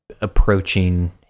approaching